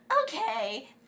okay